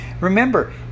Remember